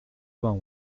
vingt